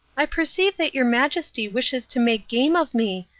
i perceive that your majesty wishes to make game of me,